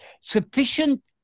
sufficient